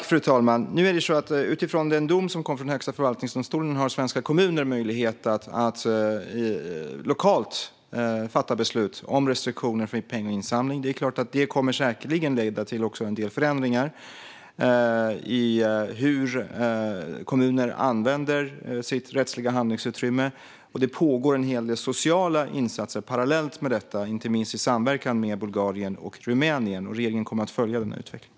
Fru talman! Utifrån den dom som kom från Högsta förvaltningsdomstolen har svenska kommuner möjlighet att lokalt fatta beslut om restriktioner för pengainsamling. Det kommer säkerligen att leda till en del förändringar i hur kommuner använder sitt rättsliga handlingsutrymme. Det pågår en hel del sociala insatser, inte minst i samverkan med Bulgarien och Rumänien. Regeringen kommer att följa utvecklingen.